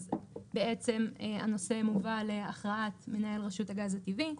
אז בעצם הנושא מובא להכרעת מנהל רשות הגז הטבעי.